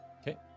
okay